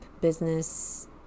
business